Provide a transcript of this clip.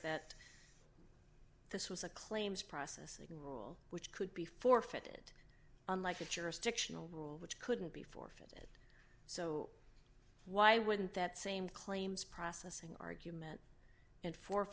that this was a claims processing rule which could be forfeited unlike a jurisdictional rule which couldn't before so why wouldn't that same claims processing argument and for